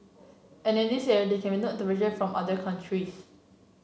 and in this area there can be no from other countries